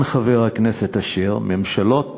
כן, חבר הכנסת אשר, ממשלות